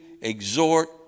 exhort